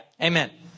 amen